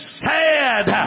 sad